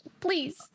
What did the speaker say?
please